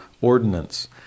ordinance